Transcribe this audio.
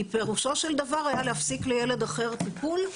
כי פירושו של דבר היה להפסיק לילד אחר את הטיפול,